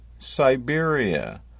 Siberia